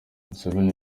museveni